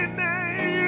name